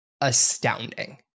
astounding